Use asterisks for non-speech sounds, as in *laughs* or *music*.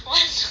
*laughs*